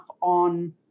on